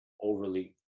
overly